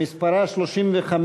שמספרה 35,